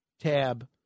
Tab